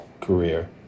career